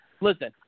Listen